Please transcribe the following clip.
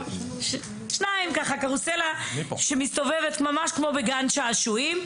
קרוסלה שמסתובבת כמו בגן שעשועים,